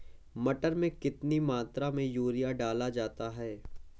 मटर में कितनी मात्रा में यूरिया डाला जाता है?